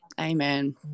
Amen